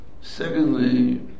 Secondly